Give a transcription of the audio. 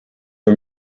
are